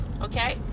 okay